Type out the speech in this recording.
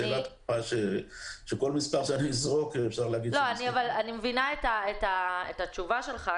אני מבינה את התשובה שלך.